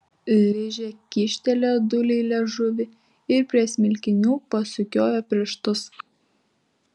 ližė kyštelėjo dūliui liežuvį ir prie smilkinių pasukiojo pirštus